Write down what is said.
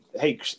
Hey